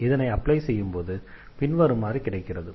இதனை அப்ளை செய்யும்போது பின்வருமாறு கிடைக்கிறது